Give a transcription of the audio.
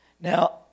Now